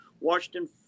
Washington